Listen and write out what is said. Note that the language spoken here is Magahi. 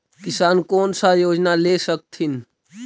किसान कोन सा योजना ले स कथीन?